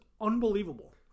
unbelievable